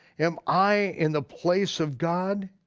am i in the place of god?